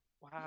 Wow